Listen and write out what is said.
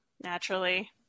naturally